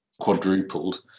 Quadrupled